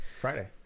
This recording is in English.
Friday